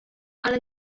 ale